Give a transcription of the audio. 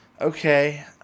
Okay